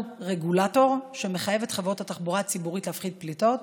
אנחנו רגולטור שמחייב את חברות התחבורה הציבורית להפחית פליטות,